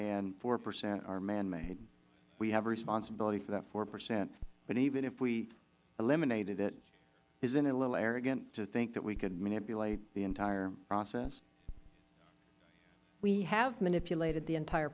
and four percent are manmade we have a responsibility for that four percent but even if we eliminated it isn't it a little arrogant to think that we could manipulate the entire process ms lubchenco we have manipulated the entire